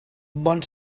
bon